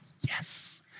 Yes